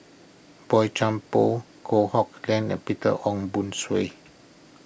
Boey Chuan Poh Kok Heng Leun and Peter Ong Boon Kwee